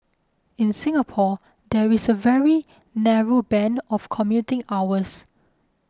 in Singapore there is a very narrow band of commuting hours